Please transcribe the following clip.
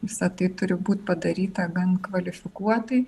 visa tai turi būt padaryta gan kvalifikuotai